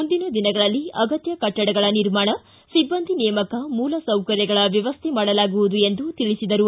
ಮುಂದಿನ ದಿನಗಳಲ್ಲಿ ಅಗತ್ಯ ಕಟ್ಟಡಗಳ ನಿರ್ಮಾಣ ಸಿಬ್ಬಂದಿ ನೇಮಕ ಮೂಲ ಸೌಕರ್ಯಗಳ ವ್ಯವಸ್ಥೆ ಮಾಡಲಾಗುವುದು ಎಂದು ತಿಳಿಸಿದರು